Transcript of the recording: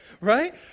right